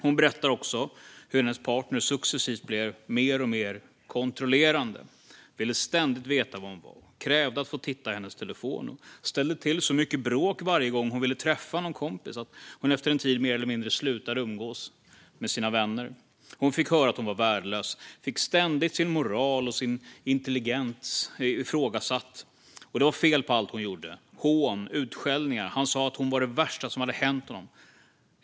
Hon berättar också hur hennes partner successivt blev mer och mer kontrollerande. Han ville ständigt veta var hon var, krävde att få titta i hennes telefon och ställde till så mycket bråk varje gång hon ville träffa någon kompis att hon efter en tid mer eller mindre slutade att umgås med sina vänner. Hon fick höra att hon var värdelös och fick ständigt sin moral och sin intelligens ifrågasatt. Det var fel på allt hon gjorde. Hon fick utstå hån och utskällningar. Han sa att hon var det värsta som hade hänt honom.